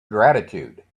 gratitude